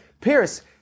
Pierce